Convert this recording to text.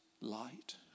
light